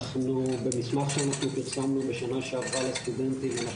במסמך שאנחנו פרסמנו בשנה שעברה לסטודנטים אנחנו